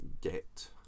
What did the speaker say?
get